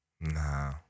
Nah